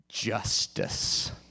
justice